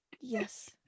Yes